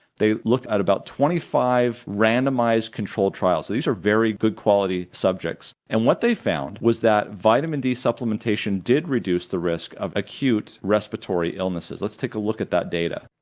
they looked at about twenty five randomized controlled trials. these are very good quality subjects and what they found was that vitamin d supplementation did reduce the risk of acute respiratory illnesses. let's take a look at that data,